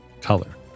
color